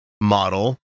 model